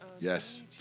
Yes